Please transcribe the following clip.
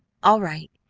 all right.